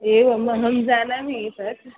एवम् अहं जानामि तत्